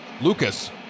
Lucas